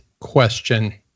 question